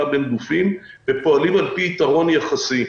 בין גופים ופועלים על פי יתרון יחסי.